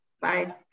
Bye